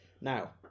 now